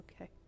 Okay